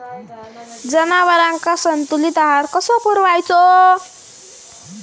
जनावरांका संतुलित आहार कसो पुरवायचो?